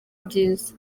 byiza